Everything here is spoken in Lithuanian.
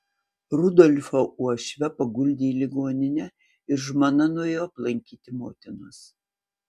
rudolfo uošvę paguldė į ligoninę ir žmona nuėjo aplankyti motinos